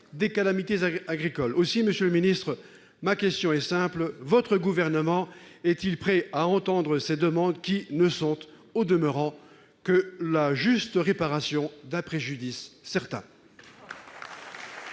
des calamités agricoles. Monsieur le ministre, ma question est simple : le Gouvernement est-il prêt à entendre ces demandes, qui ne visent, au demeurant, qu'à la juste réparation d'un préjudice certain ?